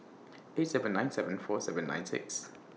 eight seven nine seven four seven nine six